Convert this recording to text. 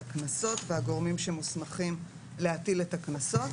הקנסות והגורמים שמוסמכים להטיל קנסות.